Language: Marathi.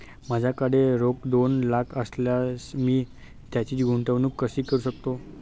माझ्याकडे रोख दोन लाख असल्यास मी त्याची गुंतवणूक कशी करू शकतो?